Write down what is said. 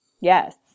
Yes